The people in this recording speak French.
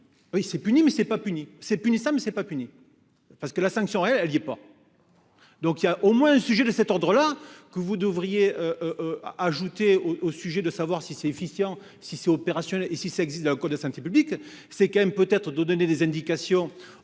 Oui c'est puni mais ce n'est pas puni c'est punissable. Mais ce n'est pas puni. Parce que la sanction elle elle y est pas. Donc il y a au moins un sujet de cet ordre-là que vous devriez. Ajouter au au sujet de savoir si c'est efficient si c'est opérationnel et si ça existe dans le code de santé publique, c'est quand même peut-être de donner des indications